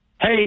Hey